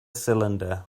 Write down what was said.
cylinder